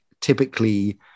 typically